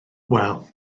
wel